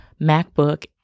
MacBook